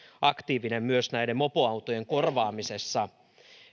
aktiivinen myös mopoautojen korvaamisessa